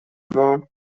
wahr